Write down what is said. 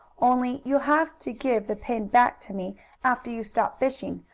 only you'll have to give the pin back to me after you stop fishing,